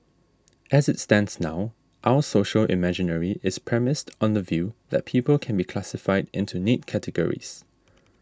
as it stands now our social imaginary is premised on the view that people can be classified into neat categories